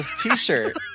T-shirt